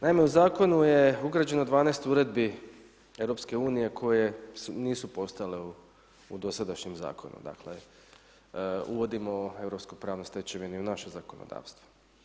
Naime, u zakonu je ugrađeno 12 uredbi Europske unije koje nisu postojale u dosadašnjem zakonu, dakle, uvodimo europske pravne stečevine u naše zakonodavstvo.